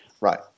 right